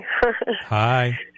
Hi